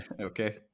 okay